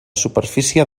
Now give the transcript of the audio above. superfície